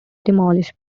demolished